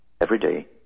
everyday